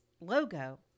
logo